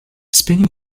spinning